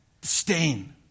Disdain